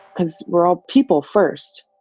cause we're all people first.